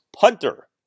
punter